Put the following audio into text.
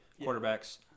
quarterbacks